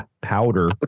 powder